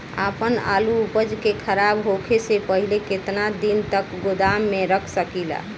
आपन आलू उपज के खराब होखे से पहिले केतन दिन तक गोदाम में रख सकिला?